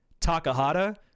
Takahata